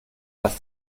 das